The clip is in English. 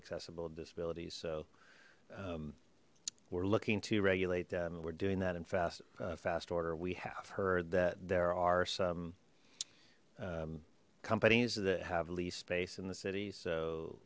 accessible of disabilities so we're looking to regulate them we're doing that in fast fast order we have heard that there are some companies that have leased space in the city so